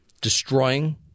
Destroying